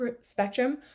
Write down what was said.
spectrum